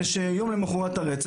זה שיום למחרת הרצח,